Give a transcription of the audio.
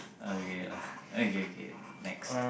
okay lah okay K next